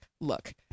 look